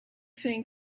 thing